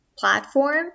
platform